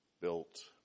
built